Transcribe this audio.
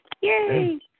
Yay